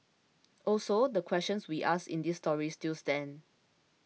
also the questions we asked in this story still stand